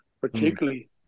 particularly